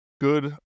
good